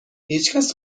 هیچکس